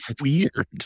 weird